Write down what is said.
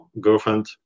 girlfriend